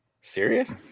Serious